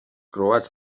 croats